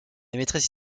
maîtresse